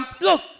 look